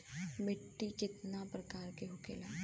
मिट्टी कितना प्रकार के होखेला?